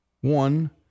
One